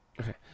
Okay